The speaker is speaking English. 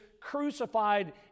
crucified